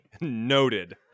Noted